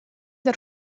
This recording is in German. der